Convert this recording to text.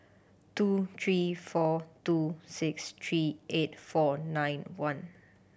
two three four two six three eight four nine one